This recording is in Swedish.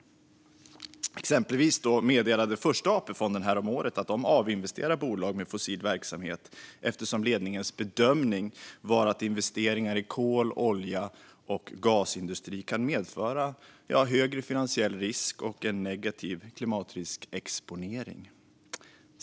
Exempelvis meddelade Första AP-fonden häromåret att de avinvesterar i bolag med fossil verksamhet eftersom ledningens bedömning var att investeringar i kol, olje och gasindustri kan medföra högre finansiell risk och en negativ klimatriskexponering.